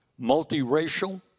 multiracial